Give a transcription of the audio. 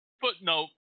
footnote